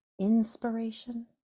inspiration